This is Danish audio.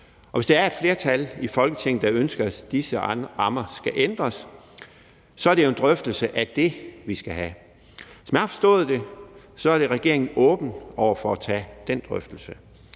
og hvis der er et flertal i Folketinget, der ønsker, at disse rammer skal ændres, er det jo en drøftelse af det, vi skal have. Som jeg har forstået det, er regeringen åben over for at tage den drøftelse.